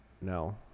no